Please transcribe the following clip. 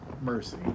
mercy